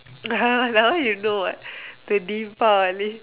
ya that one you know what the deepavali